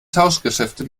tauschgeschäfte